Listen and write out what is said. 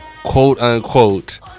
quote-unquote